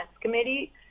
committee